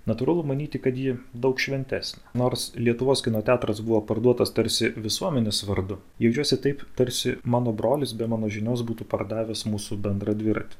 natūralu manyti kad ji daug šventesnė nors lietuvos kino teatras buvo parduotas tarsi visuomenės vardu jaučiuosi taip tarsi mano brolis be mano žinios būtų pardavęs mūsų bendrą dviratį